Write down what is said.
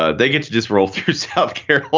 ah they get to just roll through health care